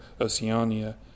Oceania